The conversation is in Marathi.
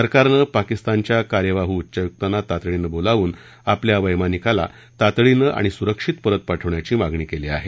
सरकारनं पाकिस्तानच्या कार्यवाहू उच्चयुक्ताना तातडीनं बोलावून आपल्या वैमानिकाना तातडीनं आणि सुरक्षित परत पाठवण्याची मागणी केली आहे